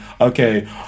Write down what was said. okay